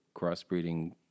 crossbreeding